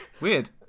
weird